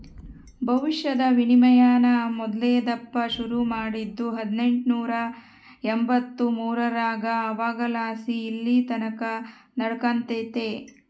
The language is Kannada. ಭವಿಷ್ಯದ ವಿನಿಮಯಾನ ಮೊದಲ್ನೇ ದಪ್ಪ ಶುರು ಮಾಡಿದ್ದು ಹದಿನೆಂಟುನೂರ ಎಂಬಂತ್ತು ಮೂರರಾಗ ಅವಾಗಲಾಸಿ ಇಲ್ಲೆತಕನ ನಡೆಕತ್ತೆತೆ